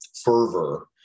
fervor